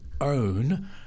own